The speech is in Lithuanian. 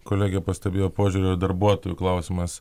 kolegė pastebėjo požiūrio darbuotojų klausimas